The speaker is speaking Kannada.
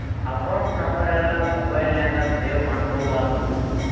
ಅಕೌಂಟ್ ನಂಬರೆಲ್ಲಾ ಮೊಬೈಲ್ ನ್ಯಾಗ ಸೇವ್ ಮಾಡ್ಕೊಬಾರ್ದು